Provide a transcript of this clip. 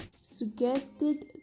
suggested